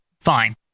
Fine